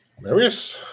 Marius